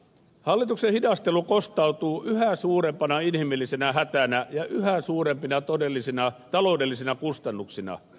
hallituksen hidastelu kostautuu yhä suurempana inhimillisenä hätänä ja yhä suurempina taloudellisina kustannuksina